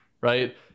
Right